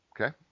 Okay